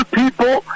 people